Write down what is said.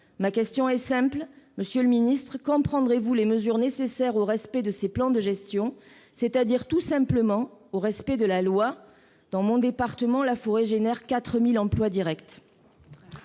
Ma question est simple, monsieur le ministre : quand prendrez-vous les mesures nécessaires au respect de ces plans de gestion, c'est-à-dire tout simplement au respect de la loi ? Dans mon département, la forêt engendre 4 000 emplois directs.